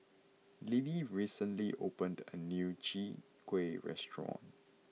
Libbie recently opened a new Chai Kueh Restaurant